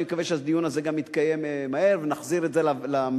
אני מקווה שהדיון הזה גם יתקיים מהר ונחזיר את זה למליאה,